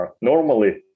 Normally